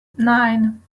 nine